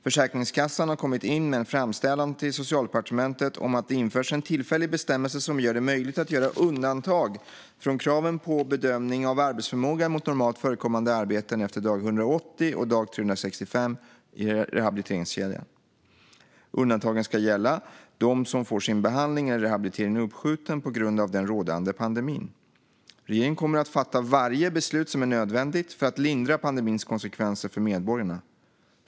Försäkringskassan har kommit in med en framställan till Socialdepartementet om att det införs en tillfällig bestämmelse som gör det möjligt att göra undantag från kraven på bedömning av arbetsförmågan mot normalt förekommande arbeten efter dag 180 och dag 365 i rehabiliteringskedjan. Undantagen ska gälla dem som får sin behandling eller rehabilitering uppskjuten på grund av den rådande pandemin. Regeringen kommer att fatta varje beslut som är nödvändigt för att lindra pandemins konsekvenser för medborgarna.